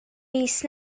mis